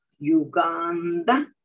Uganda